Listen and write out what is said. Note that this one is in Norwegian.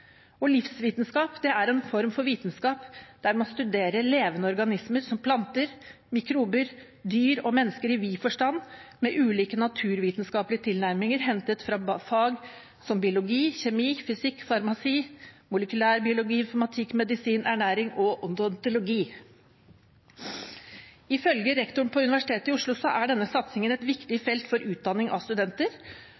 innenfor livsvitenskap. Livsvitenskap er en form for vitenskap der man studerer levende organismer som planter, mikrober, dyr og mennesker i vid forstand med ulike naturvitenskapelige tilnærminger hentet fra fag som biologi, kjemi, fysikk, farmasi, molekylærbiologi, informatikk, medisin, ernæring og odontologi. Ifølge rektoren på Universitetet i Oslo er denne satsingen et viktig felt for utdanning av studenter,